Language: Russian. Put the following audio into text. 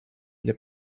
для